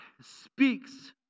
speaks